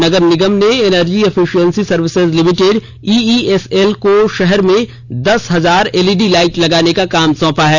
नगर निगम ने energy efficiency services limited EESL को शहर में दस हजार एलईडी लाइट लगाने का काम सौंपा है